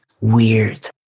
weird